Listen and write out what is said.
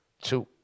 two